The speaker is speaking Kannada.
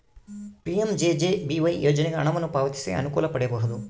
ಪಿ.ಎಂ.ಜೆ.ಜೆ.ಬಿ.ವೈ ಯೋಜನೆಗೆ ಹಣವನ್ನು ಪಾವತಿಸಿ ಅನುಕೂಲ ಪಡೆಯಬಹುದು